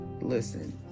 listen